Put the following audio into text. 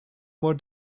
more